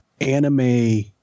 anime